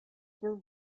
were